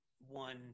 one